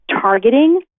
targeting